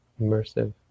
immersive